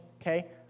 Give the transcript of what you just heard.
okay